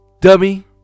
Dummy